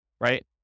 right